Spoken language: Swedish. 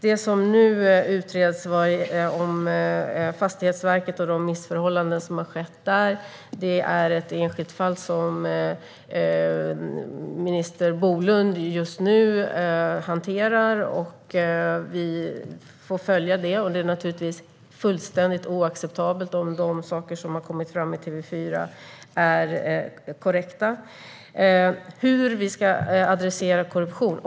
Det som nu utreds om missförhållanden på Fastighetsverket är ett enskilt fall som minister Bolund just nu hanterar. Vi får följa det. Det är naturligtvis fullständigt oacceptabelt om de saker som har kommit fram i TV4 är korrekta. Hur ska vi då angripa korruption?